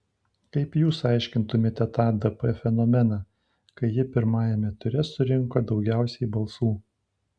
kaip jūs aiškintumėte tą dp fenomeną kai ji pirmajame ture surinko daugiausiai balsų